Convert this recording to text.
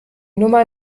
nummer